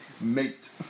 Mate